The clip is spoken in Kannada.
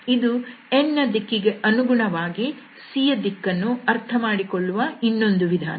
ಇದು n ನ ದಿಕ್ಕಿಗೆ ಅನುಗುಣವಾಗಿ C ಯ ದಿಕ್ಕನ್ನು ಅರ್ಥಮಾಡಿಕೊಳ್ಳುವ ಇನ್ನೊಂದು ವಿಧಾನ